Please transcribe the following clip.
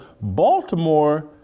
Baltimore